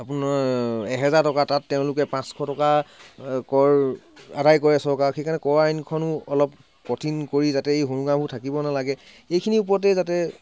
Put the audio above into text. আপোনাৰ এহেজাৰ টকা তাত তেওঁলোকে পাঁচশ টকা কৰ আদায় কৰে চৰকাৰক সেইকাৰণে কৰ আইনখনো অলপ কঠিন কৰি যাতে এই সুৰুঙাবোৰ থাকিব নালাগে এইখিনিৰ ওপৰতে যাতে